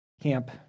camp